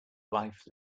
life